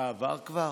מה, עבר כבר?